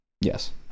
yes